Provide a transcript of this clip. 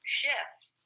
shift